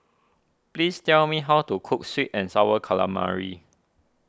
please tell me how to cook Sweet and Sour Calamari